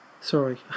sorry